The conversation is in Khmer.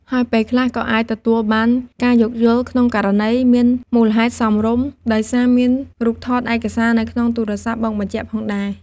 ហើយពេលខ្លះក៏អាចទទួលបានការយោគយល់ ក្នុងករណីមានមូលហេតុសមរម្យ ដោយសារមានរូបថតឯកសារនៅក្នុងទូរស័ព្ទមកបញ្ជាក់ផងដែរ។